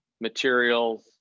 materials